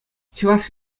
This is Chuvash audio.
чӑваш